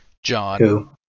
John